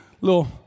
little